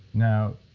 now